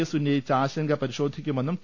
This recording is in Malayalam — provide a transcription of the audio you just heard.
എസ് ഉന്നയിച്ച ആശങ്ക പരിശോധിക്കുമെന്നും ടി